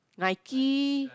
Nike